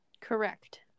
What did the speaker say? Correct